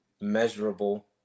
measurable